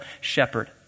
shepherd